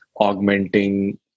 augmenting